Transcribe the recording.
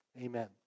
amen